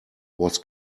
was